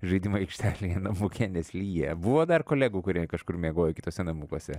žaidimų aikštelėje namuke nes lyja buvo dar kolegų kurie kažkur miegojo kituose namukuose